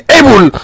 able